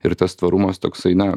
ir tas tvarumas toksai na